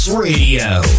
Radio